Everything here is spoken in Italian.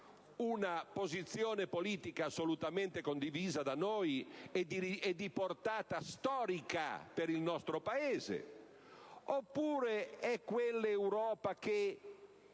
una posizione politica assolutamente condivisa da noi e di portata storica per il nostro Paese, oppure è quell'Europa che